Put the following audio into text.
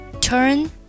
Turn